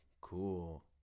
cool